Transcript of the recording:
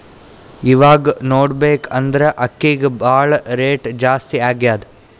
ಇವಾಗ್ ನೋಡ್ಬೇಕ್ ಅಂದ್ರ ಅಕ್ಕಿಗ್ ಭಾಳ್ ರೇಟ್ ಜಾಸ್ತಿ ಆಗ್ಯಾದ